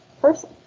person